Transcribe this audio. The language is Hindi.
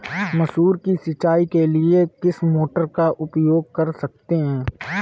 मसूर की सिंचाई के लिए किस मोटर का उपयोग कर सकते हैं?